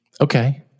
Okay